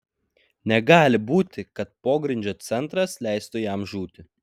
negali būti kad pogrindžio centras leistų jam žūti